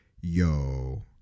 yo